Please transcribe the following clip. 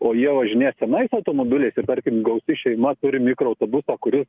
o jie važinės senais automobiliais ir tarkim gausi šeima turi mikroautobusą kuris